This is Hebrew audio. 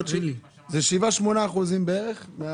זה 8%-7% בערך?